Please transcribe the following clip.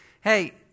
Hey